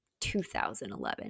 2011